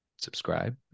subscribe